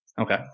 Okay